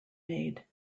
made